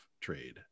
trade